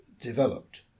developed